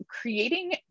creating